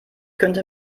könnte